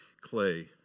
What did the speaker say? clay